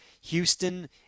Houston